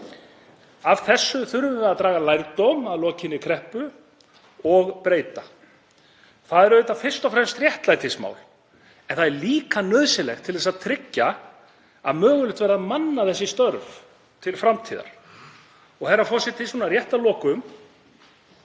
Af þessu þurfum við að draga lærdóma að lokinni kreppu og breyta. Það er auðvitað fyrst og fremst réttlætismál en það er líka nauðsynlegt til þess að tryggja að mögulegt verði að manna þessi störf til framtíðar. Herra forseti. Svona rétt að lokum.